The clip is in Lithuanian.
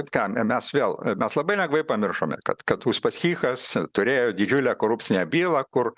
ką me mes vėl mes labai lengvai pamiršome kad kad uspaskichas turėjo didžiulę korupcinę bylą kur